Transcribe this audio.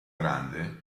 grande